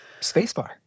spacebar